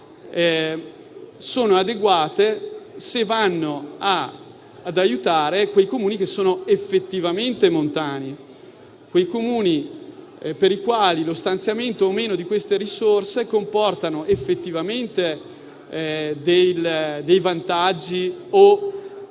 sono adeguate se vanno ad aiutare quei Comuni che sono effettivamente montani, per i quali lo stanziamento o meno di quelle risorse comporta effettivamente dei vantaggi o